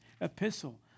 epistle